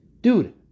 dude